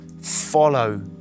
follow